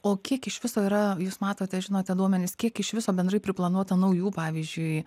o kiek iš viso yra jūs matote žinote duomenis kiek iš viso bendrai priplanuota naujų pavyzdžiui